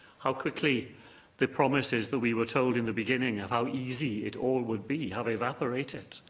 how quickly the promises that we were told in the beginning of how easy it all would be have evaporated,